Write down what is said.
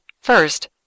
First